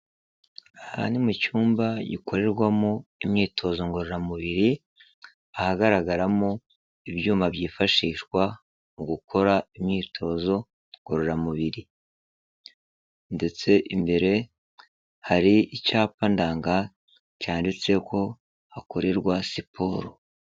Aha ni mu cyumba gikorerwamo imyitozo ngororamubiri, ahagaragaramo ibyuma byifashishwa mu gukora imyitozo ngororamubiri. Ndetse imbere hari icyapa ndanga, cyanditse ko hakorerwa siporo.